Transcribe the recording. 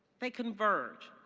they converge.